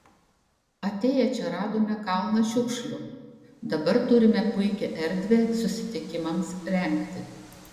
atėję čia radome kalną šiukšlių dabar turime puikią erdvę susitikimams rengti